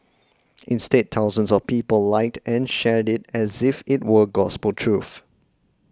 instead thousands of people liked and shared it as if it were gospel truth